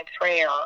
prayer